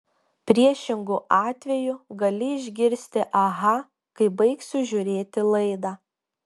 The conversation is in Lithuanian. priešingu atveju gali išgirsti aha kai baigsiu žiūrėti laidą